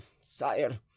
sire